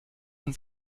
uns